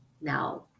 Now